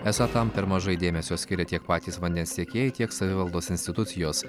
esą tam per mažai dėmesio skiria tiek patys vandens tiekėjai tiek savivaldos institucijos